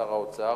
לשר האוצר,